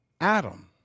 Adam